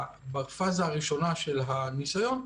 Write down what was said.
בפאזה הראשונה של הניסיון,